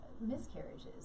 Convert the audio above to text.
miscarriages